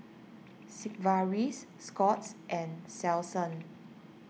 Sigvaris Scott's and Selsun